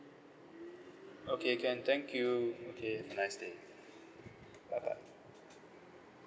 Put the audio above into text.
okay can thank you okay have a nice day bye bye